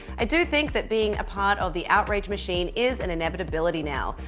i do think that being a part of the outrage machine is an inevitability now.